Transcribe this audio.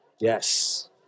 Yes